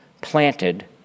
planted